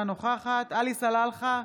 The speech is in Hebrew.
אינה נוכחת עלי סלאלחה,